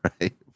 right